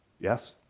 Yes